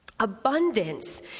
Abundance